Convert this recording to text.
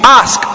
ask